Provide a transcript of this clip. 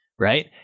right